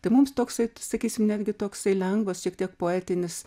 tai mums toksai sakysim netgi toksai lengvas šiek tiek poetinis